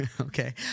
Okay